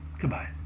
Goodbye